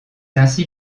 ainsi